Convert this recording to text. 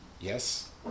yes